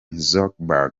zuckerberg